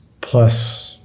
Plus